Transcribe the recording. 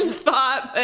and thought.